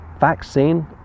vaccine